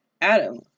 Adam